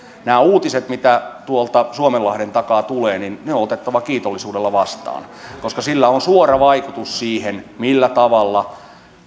nämä uutiset mitä tuolta suomenlahden takaa tulee on otettava kiitollisuudella vastaan koska niillä on suora vaikutus siihen millä tavalla